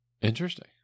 Interesting